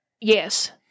Yes